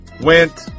went